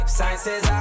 science